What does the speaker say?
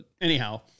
anyhow